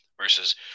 versus